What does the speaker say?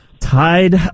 Tied